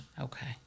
okay